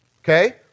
okay